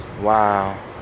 Wow